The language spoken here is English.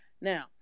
Now